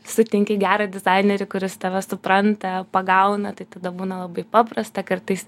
sutinki gerą dizainerį kuris tave supranta pagauna tai tada būna labai paprasta kartais